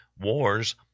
wars